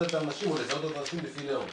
את האנשים ולזהות את האנשים לפי לאום.